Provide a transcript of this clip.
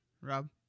Rob